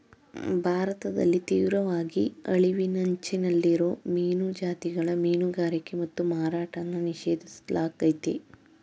ಭಾರತದಲ್ಲಿ ತೀವ್ರವಾಗಿ ಅಳಿವಿನಂಚಲ್ಲಿರೋ ಮೀನು ಜಾತಿಗಳ ಮೀನುಗಾರಿಕೆ ಮತ್ತು ಮಾರಾಟನ ನಿಷೇಧಿಸ್ಲಾಗಯ್ತೆ